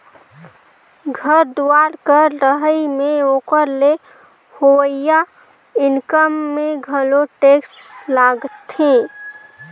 घर दुवार कर रहई में ओकर ले होवइया इनकम में घलो टेक्स लागथें